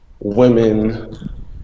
Women